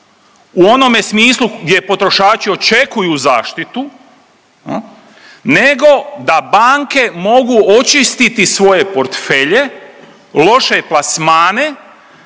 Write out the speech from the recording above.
u onome smislu gdje potrošači očekuju zaštitu nego da banke mogu očistiti svoje portfelje, loše plasmane,